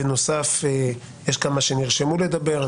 בנוסף, יש כמה שנרשמו לדבר.